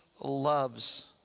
loves